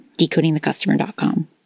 decodingthecustomer.com